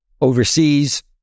overseas